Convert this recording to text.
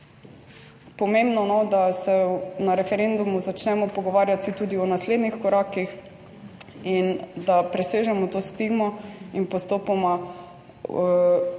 pomembno, no, da se na referendumu začnemo pogovarjati tudi o naslednjih korakih in da presežemo to stigmo in postopoma